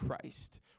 Christ